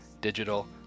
digital